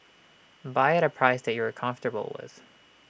buy at A price that you are comfortable with